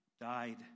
died